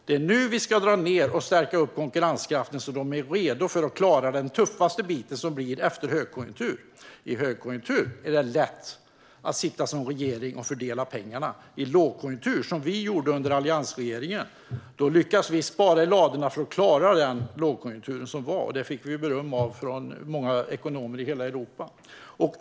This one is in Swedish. Det är nu vi ska dra ned och stärka konkurrenskraften så att de är redo för att klara den tuffaste biten, som kommer efter högkonjunktur. I högkonjunktur är det lätt att sitta som regering och fördela pengarna. Alliansregeringen lyckades spara i ladorna för att klara den lågkonjunktur som var då, och det fick vi beröm för från många ekonomer i hela Europa.